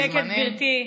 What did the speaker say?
צודקת, גברתי.